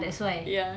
ya